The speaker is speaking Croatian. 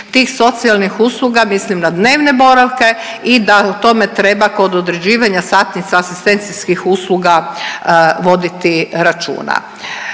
tih socijalnih usluga, mislim na dnevne boravke i da u tome treba kod određivanja satnica asistencijskih usluga voditi računa.